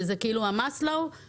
זה בצרכים הבסיסיים לפי מסלאו.